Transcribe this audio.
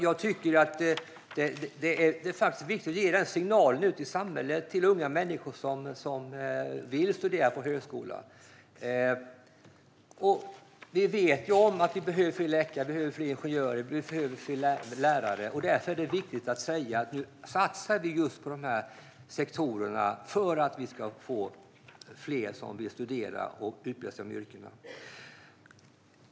Jag tycker att det är viktigt att skicka ut den signalen till samhället och till unga människor som vill studera på högskola. Vi vet att vi behöver fler läkare, ingenjörer och lärare. Det är viktigt att säga att vi nu satsar på just dessa sektorer för att vi ska få fler som vill studera och utbilda sig till dessa yrken.